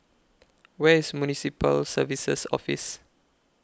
Where IS Municipal Services Office